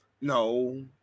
No